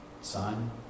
Son